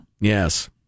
Yes